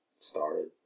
started